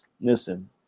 Listen